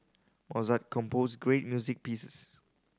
Mozart composed great music pieces